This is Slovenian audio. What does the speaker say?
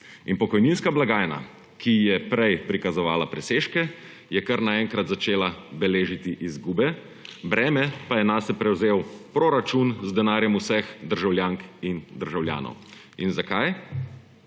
in pokojninska blagajna, ki je prej prikazovala presežke, je kar naenkrat začela beležiti izgube, breme pa je nase prevzel proračun z denarjem vseh državljank in državljanov. In zakaj?